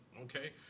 okay